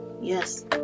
Yes